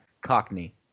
Cockney